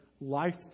life